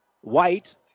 White